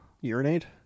Urinate